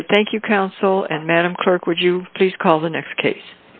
all right thank you counsel and madam clerk would you please call the next case